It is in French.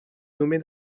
nommé